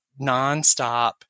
nonstop